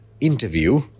interview